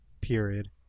period